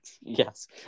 Yes